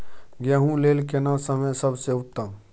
गेहूँ लेल केना समय सबसे उत्तम?